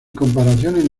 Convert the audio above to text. comparación